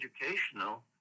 educational